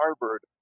Harvard